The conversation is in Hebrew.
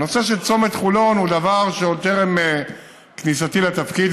הנושא של צומת חולון הוא דבר שעוד טרם כניסתי לתפקיד,